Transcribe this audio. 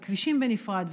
כבישים בנפרד,